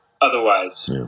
otherwise